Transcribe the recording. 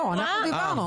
לא, אנחנו דיברנו.